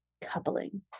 coupling